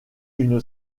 une